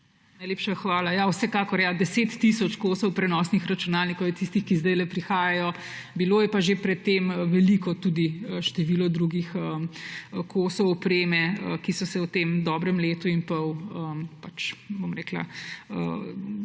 Najlepša hvala. Ja, vsekakor, 10 tisoč kosov prenosnih računalnikov je tistih, ki zdajle prihajajo. Bilo je pa že pred tem veliko število drugih kosov opreme, ki smo jih v tem dobrem letu in pol dali na